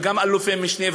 וגם אלופי-משנה,